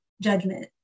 judgment